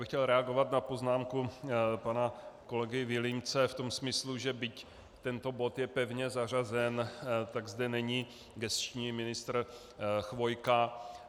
Chtěl bych reagovat na poznámku pana kolegy Vilímce v tom smyslu, že byť tento bod je pevně zařazen, tak zde není gesční ministr Chvojka.